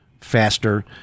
faster